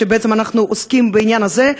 בעצם אנחנו עוסקים בעניין הזה,